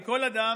הרי כל אדם,